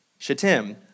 Shatim